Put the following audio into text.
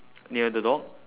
near the dog